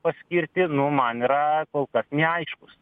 paskirti nu man yra kol kas neaiškus